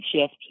Shift